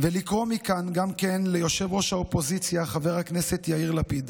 ולקרוא מכאן גם כן ליושב-ראש האופוזיציה חבר הכנסת יאיר לפיד: